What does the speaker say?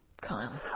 Kyle